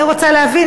אני רוצה להבין,